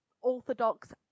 Orthodox